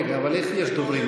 רגע, אבל איך יש דוברים?